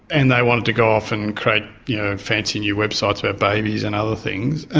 and they wanted to go off and create yeah fancy new websites about babies and other things.